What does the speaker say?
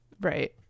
right